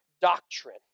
doctrine